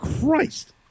Christ